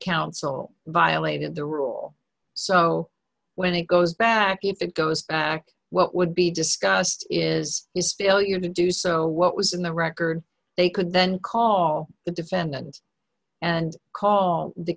counsel violated the rule so when it goes back if it goes back what would be discussed is still your to do so what was in the record they could then call the defendant and call the